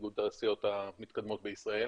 איגוד התעשיות המתקדמות בישראל.